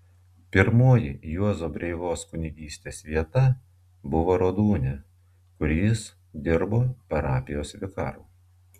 pirmoji juozo breivos kunigystės vieta buvo rodūnia kur jis dirbo parapijos vikaru